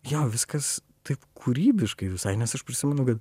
jo viskas taip kūrybiškai visai nes aš prisimenu kad